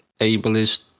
ableist